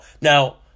Now